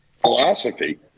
philosophy